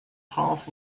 half